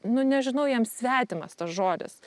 nu nežinau jiems svetimas tas žodis